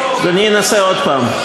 אני אנסה עוד פעם.